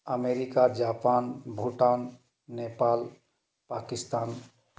America Japan Bhutan Nepal Pakistan